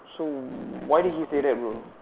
so why did he say that bro